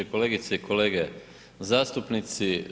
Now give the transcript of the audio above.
Kolegice i kolege zastupnici.